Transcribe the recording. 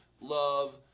love